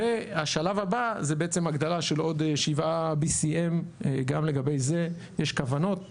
השלב הבא זה בעצם הגדלה של עוד BCM7. גם לגבי זה יש כוונות פה.